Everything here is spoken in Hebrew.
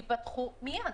ייפתחו מיד.